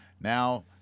Now